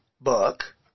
book